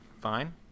fine